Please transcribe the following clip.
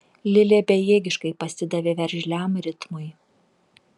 lilė bejėgiškai pasidavė veržliam ritmui